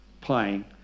playing